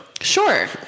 Sure